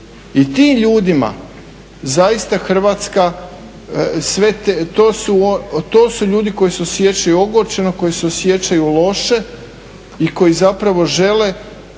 I tim ljudima zaista Hrvatske, to su ljudi koji se osjećaju ogorčeno, koji se osjećaju loše i koji zapravo žele,